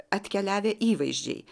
atkeliavę įvaizdžiai